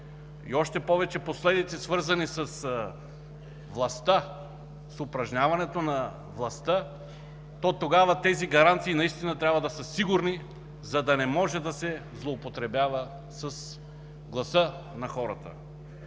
и още повече последици, свързани с властта, с упражняването на властта, то тогава тези гаранции наистина трябва да са сигурни, за да не може да се злоупотребява с гласа на хората.